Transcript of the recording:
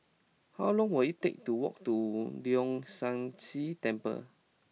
how long will it take to walk to Leong San See Temple